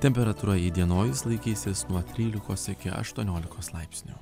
temperatūra įdienojus laikysis nuo trylikos iki aštuoniolikos laipsnių